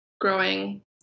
growing